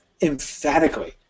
emphatically